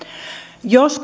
jos